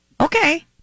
Okay